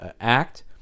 act